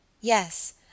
Yes